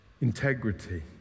Integrity